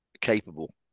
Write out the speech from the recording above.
capable